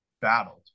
battled